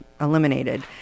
eliminated